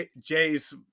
Jay's